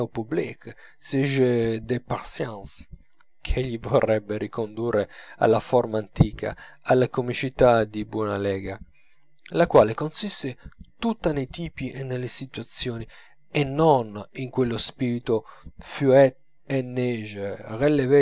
jeu de patience che egli vorrebbe ricondurre alla forma antica alla comicità di buona lega la quale consiste tutta nei tipi e nelle situazioni e non in quello spirito